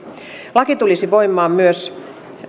laki tulisi voimaan myös